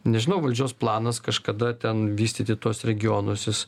nežinau valdžios planas kažkada ten vystyti tuos regionus jis